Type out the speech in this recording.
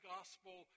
Gospel